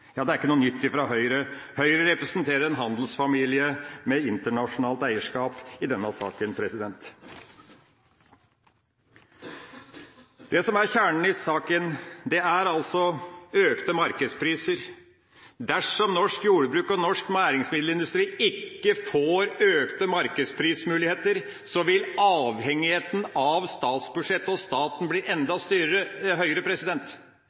Det er ikke noe nytt fra Høyre. Høyre representerer en handelsfamilie med internasjonalt eierskap i denne saka. Det som er kjernen i saka, er altså økte markedspriser. Dersom norsk jordbruk og norsk næringsmiddelindustri ikke får økte markedsprismuligheter, vil avhengigheten av statsbudsjettet og staten bli enda større. Det burde partiet Høyre